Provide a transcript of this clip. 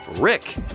Rick